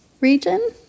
region